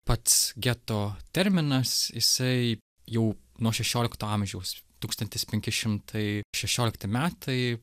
pats geto terminas jisai jau nuo šešiolikto amžiaus tūkstantis penki šimtai šešiolikti metai